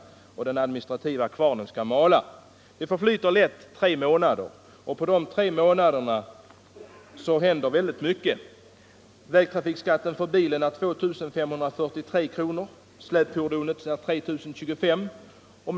Under den tiden skall den administrativa kvarnen mala, och då förflyter lätt tre månader. Under den tiden kan det hända väldigt mycket. Vägtrafikskatten på bilen är 2 543 kronor och för släpfordonet 3 025 kronor.